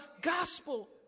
gospel